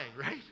right